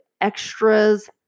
extras